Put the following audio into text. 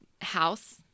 house